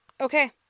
Okay